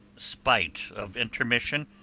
spite of intermission,